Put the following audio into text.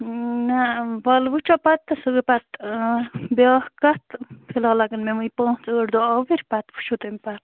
نہَ وَلہٕ وُچھو پَتہٕ سُہ گوٚو پَتہٕ بیٛاکھ کتھ فِلحال لَگَن مےٚ وُنہِ پانٛژھ ٲٹھ دۅہ آوٕرۍ پَتہٕ وُچھو تَمہِ پَتہٕ